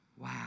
Wow